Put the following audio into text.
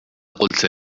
قلت